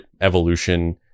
evolution